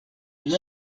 une